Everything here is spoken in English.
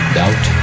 doubt